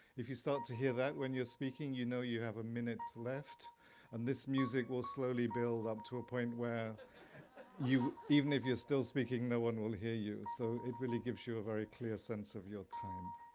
if you start to hear that when you're speaking, you know you have a minute left and this music will slowly build up to a point where even if you're still speaking, no one will hear you. so it really gives you a very clear sense of your time.